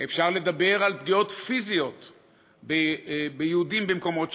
אפשר לדבר על פגיעות פיזיות ביהודים במקומות שונים,